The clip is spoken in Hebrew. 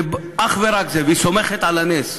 זה אך ורק זה, והיא סומכת על הנס,